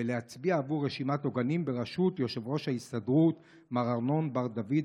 ולהצביע עבור רשימת עוגנים בראשות יושב-ראש ההסתדרות מר ארנון בר-דוד,